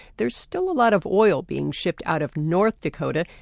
there's still a lot of oil being shipped out of north dakota.